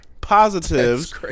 positives